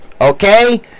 okay